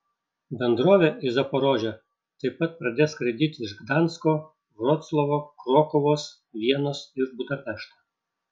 bendrovė į zaporožę taip pat pradės skraidyti iš gdansko vroclavo krokuvos vienos ir budapešto